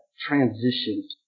transition